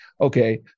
Okay